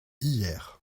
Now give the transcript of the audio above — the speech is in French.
hier